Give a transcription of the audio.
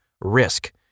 Risk